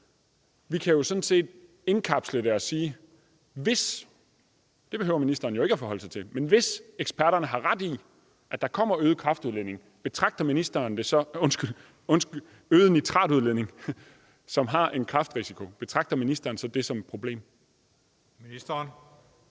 jo ikke at forholde sig til, men hvis – eksperterne har ret i, at der kommer øget nitratudledning, som har en kræftrisiko, betragter ministeren så det som et problem? Kl.